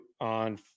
on